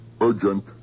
urgent